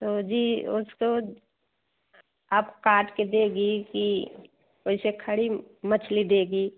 तो जी उसको आप काट के देंगी कि वैसे खड़ी मछली देंगी